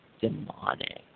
demonic